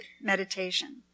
meditation